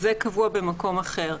זה קבוע במקום אחר.